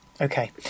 Okay